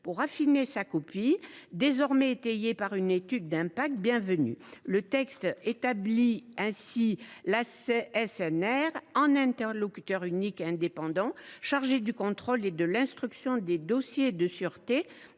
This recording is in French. pour affiner sa copie, désormais étayée par une étude d’impact bienvenue. Le texte établit l’ASNR en interlocuteur unique et indépendant, chargé du contrôle et de l’instruction des dossiers de sûreté